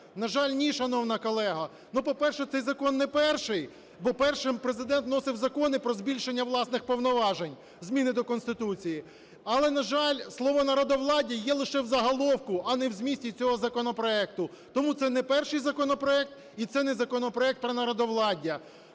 На жаль, ні, шановна колего. Ну, по-перше, цей закон не перший, бо першими Президент вносив закони про збільшення власних повноважень – зміни до Конституції. Але, на жаль, слово "народовладдя" є лише в заголовку, а не в змісті цього законопроекту. Тому це не перший законопроект і це не законопроект про народовладдя.